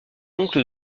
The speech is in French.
oncle